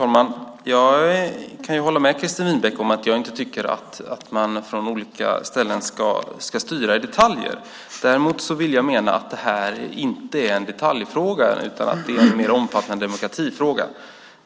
Fru talman! Jag kan hålla med Christer Winbäck om att man inte från olika ställen ska styra i detaljer. Däremot vill jag mena att det här inte är en detaljfråga utan att det är en mer omfattande demokratifråga.